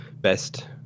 best